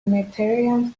mediterranean